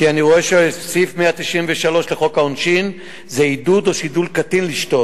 כי אני רואה שסעיף 193 לחוק העונשין זה עידוד או שידול קטין לשתות.